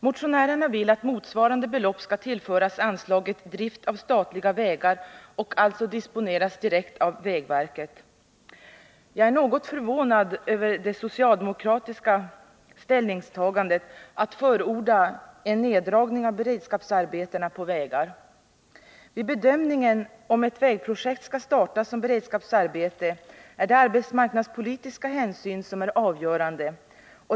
Motionärerna vill att motsvarande belopp skall tillföras anslaget Drift av statliga vägar och alltså disponeras direkt av vägverket. Jag är något förvånad över det socialdemokratiska ställningstagandet att förorda en neddragning av beredskapsarbetena på vägar. Vid bedömningen om ett vägprojekt skall startas som beredskapsarbete är det arbetsmarknadspolitiska hänsyn som är avgörande.